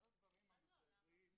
אחד הדברים המזעזעים